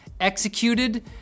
executed